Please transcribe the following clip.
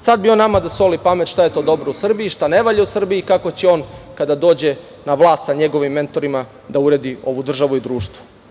sada bi on nama da soli pamet šta je dobro u Srbiji, šta ne valja u Srbiji, kako će on kada dođe na vlast sa njegovim mentorima da uredi ovu državu i društvo. Napokon